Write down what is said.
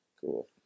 Cool